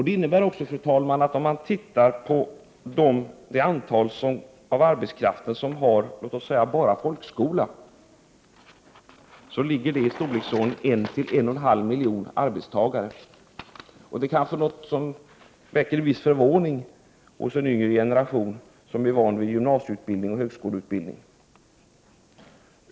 Det innebär att antalet arbetstagare som endast har genomgått folkskola uppgår till mellan en och en och en halv miljon. Det är kanske något som väcker förvåning hos en yngre generation, som är van vid gymnasieutbildning och högskoleutbildning.